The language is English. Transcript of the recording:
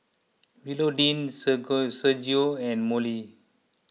Willodean Sergio and Mollie